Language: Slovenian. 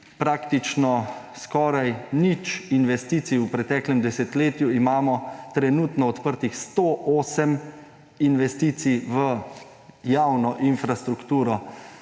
praktično skoraj nič investicij v preteklem desetletju imamo trenutno odprtih 108 investicij v javno infrastrukturo